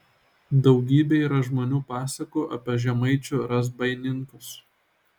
daugybė yra žmonių pasakų apie žemaičių razbaininkus